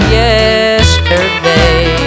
yesterday